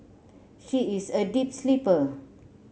she is a deep sleeper